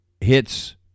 hits